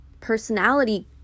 personality